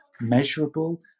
measurable